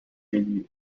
review